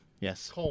Yes